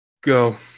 go